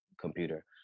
computer